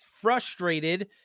frustrated